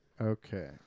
Okay